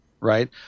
right